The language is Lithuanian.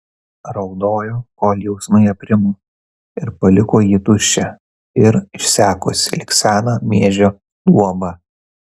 raudojo kol jausmai aprimo ir paliko jį tuščią ir išsekusį lyg seną miežio luobą